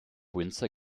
windsor